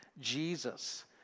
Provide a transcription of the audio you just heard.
Jesus